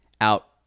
out